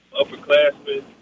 upperclassmen